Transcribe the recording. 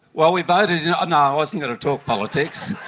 well, we voted in, no, i wasn't going to talk politics!